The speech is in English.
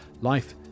Life